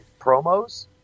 promos